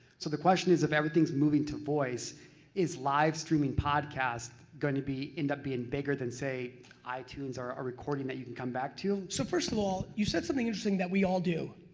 so the question is if everything is moving to voice is live-streaming podcasts going to be end up being bigger than say itunes are, a recording that you can come back to? so, first of all you said something interesting that we all do.